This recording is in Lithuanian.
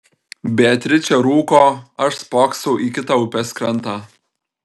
beatričė rūko aš spoksau į kitą upės krantą